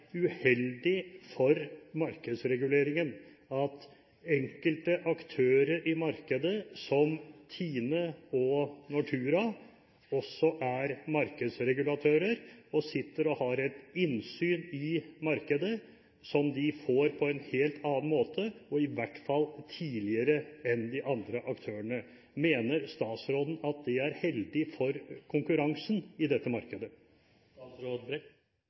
uheldig for markedsreguleringen at enkelte aktører i markedet, som Tine og Nortura, også er markedsregulatører og sitter og har et innsyn i markedet som de får på en helt annen måte – i hvert fall tidligere – enn de andre aktørene. Mener statsråden at det er heldig for konkurransen i dette markedet?